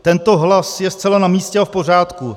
Tento hlas je zcela namístě a v pořádku.